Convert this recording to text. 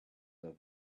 have